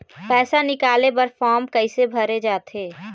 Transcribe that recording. पैसा निकाले बर फार्म कैसे भरे जाथे?